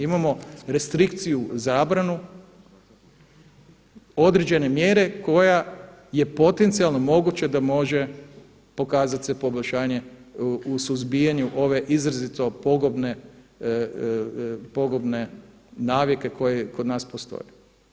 Imamo restrikciju, zabranu određene mjere koja je potencijalno moguća da može pokazat se poboljšanje u suzbijanju ove izrazito pogubne navike koje kod nas postoje.